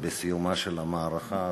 בסיומה של המערכה הזאת,